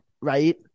right